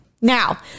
Now